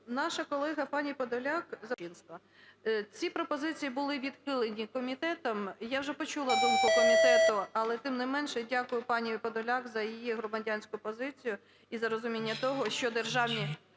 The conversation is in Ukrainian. – господарського судочинства. Ці пропозиції були відхилені комітетом. Я вже почула думку комітету, але, тим не менше, дякую пані Подоляк за її громадянську позицію і за розуміння того, що державні